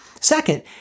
Second